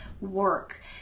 work